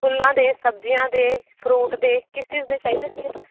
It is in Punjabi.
ਫੁੱਲਾਂ ਦੇ ਸਬਜ਼ੀਆਂ ਦੇ ਫਰੂਟ ਦੇ ਕਿਸ ਚੀਜ਼ ਦੇ ਚਾਹੀਦੇ ਸੀਗੇ